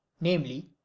namely